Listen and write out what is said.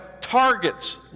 targets